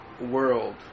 world